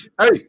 hey